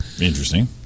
Interesting